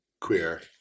Queer